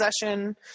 possession